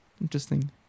interesting